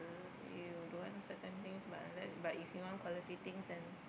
you don't want certain things but unless but if you want quality things then